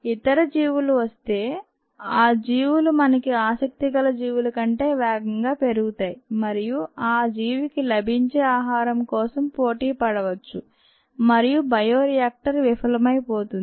ఇతర జీవులు వస్తే ఆ జీవులు మనకి ఆసక్తి గల జీవుల కంటే వేగంగా పెరుగుతాయి మరియు ఆ జీవికి లభించే ఆహారం కోసం పోటీ పడవచ్చు మరియు బయోరియాక్టర్ విఫలమైపోతుంది